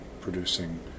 producing